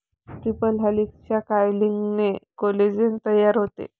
triple हेलिक्सच्या कॉइलिंगने collagen तयार होते